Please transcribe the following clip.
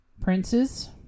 Princes